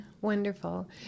wonderful